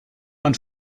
man